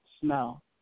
smell